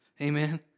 Amen